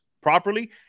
properly